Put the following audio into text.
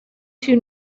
two